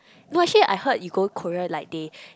no actually I heard you go Korea like they